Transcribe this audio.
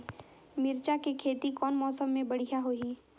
मिरचा के खेती कौन मौसम मे बढ़िया होही?